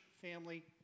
family